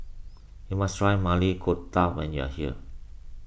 you must try Maili Kofta when you are here